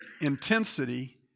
intensity